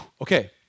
Okay